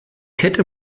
kette